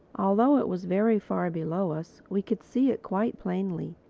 although it was very far below us, we could see it quite plainly,